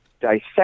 dissect